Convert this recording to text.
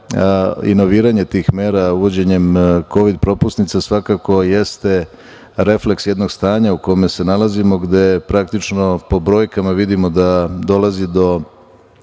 Inoviranje tih mera uvođenjem kovid propusnica svakako jeste refleks jednog stanja u kome se nalazimo, gde praktično po brojkama vidimo da dolazi do